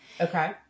okay